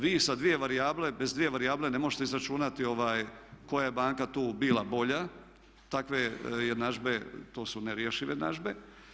Vi sa dvije varijable, bez dvije varijable ne možete izračunati koja je banka tu bila bolja, takve jednadžbe, to su nerješive jednadžbe.